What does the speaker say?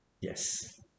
yes